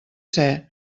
ser